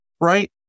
right